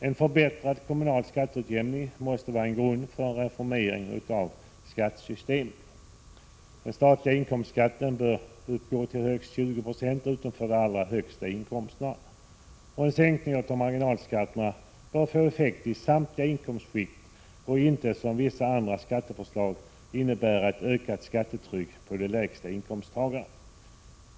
En förbättrad kommunal skatteutjämning måste utgöra en grund för en reformering av skattesystemet. Den statliga inkomstskatten bör utgå till högst 20 26 utom för dem med de allra högsta inkomsterna. En sänkning av marginalskatterna bör få en effekt i samtliga inkomstskikt och inte, som i vissa andra skatteförslag, innebära ett ökat tryck för inkomsttagarna med de lägsta lönerna.